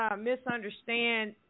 misunderstand